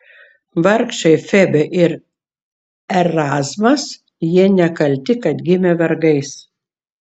vargšai febė ir erazmas jie nekalti kad gimė vergais